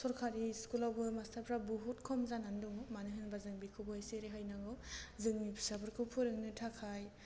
सरकारि स्कुलावबो मास्टारफ्रा बहुद खम जानानै दं मानो होनोबा जों बेखौबो एसे रेहाय नांगौ जोंनि फिसाफोरखौ फोरोंनो थाखाय